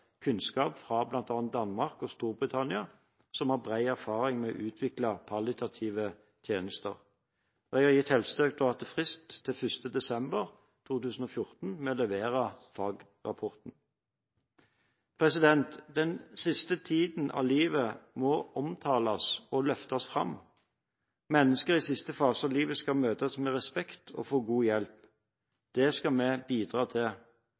utvikle palliative tjenester. Jeg har gitt Helsedirektoratet frist til 1. desember 2014 for å levere fagrapporten. Den siste tiden av livet må omtales og løftes fram. Mennesker i siste fase av livet skal møtes med respekt og få god hjelp. Det skal vi bidra til.